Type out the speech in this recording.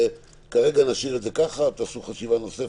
כרגע נשאיר את זה ככה ותעשו חשיבה נוספת,